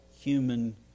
human